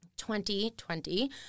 2020